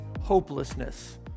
hopelessness